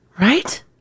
Right